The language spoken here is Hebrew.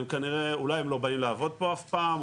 אולי הם לא באים לעבוד פה אף פעם,